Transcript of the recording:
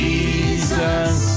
Jesus